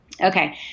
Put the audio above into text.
Okay